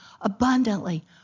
abundantly